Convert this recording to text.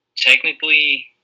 Technically